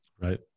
right